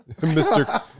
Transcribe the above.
Mr